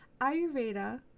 Ayurveda